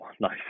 nice